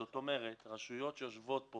זאת אומרת, רשויות שיושבות פה